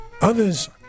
Others